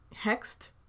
hexed